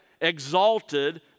exalted